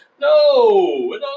no